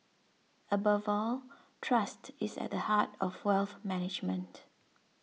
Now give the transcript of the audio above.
above all trust is at the heart of wealth management